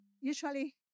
Usually